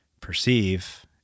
perceive